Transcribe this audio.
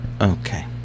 Okay